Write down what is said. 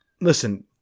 listen